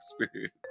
experience